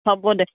হ'ব দে